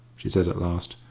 she said at last.